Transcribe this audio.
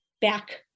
back